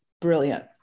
brilliant